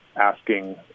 asking